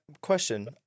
question